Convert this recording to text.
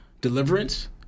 deliverance